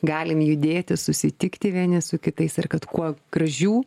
galim judėti susitikti vieni su kitais ir kad kuo gražių